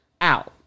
out